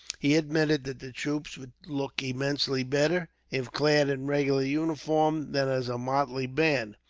he admitted that the troops would look immensely better, if clad in regular uniform than as a motley band,